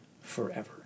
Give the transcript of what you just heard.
forever